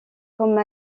comme